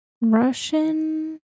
Russian